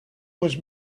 was